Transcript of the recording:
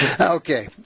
Okay